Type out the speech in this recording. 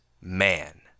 man